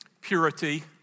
purity